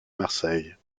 marseille